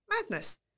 Madness